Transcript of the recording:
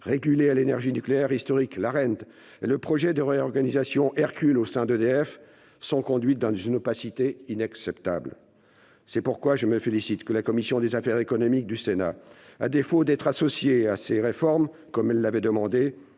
régulé à l'énergie nucléaire historique (Arenh) et le projet de réorganisation « Hercule » au sein d'EDF, sont conduites dans une opacité inacceptable. C'est pourquoi je me félicite de ce que la commission des affaires économiques du Sénat, à défaut d'être associée à ces réformes, comme elle l'avait demandé,